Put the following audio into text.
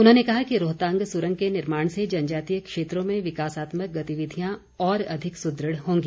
उन्होंने कहा कि रोहतांग सुरंग के निर्माण से जनजातीय क्षेत्रों में विकासात्मक गतिविधियां और अधिक सुदृढ़ होंगी